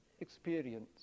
experience